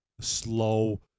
slow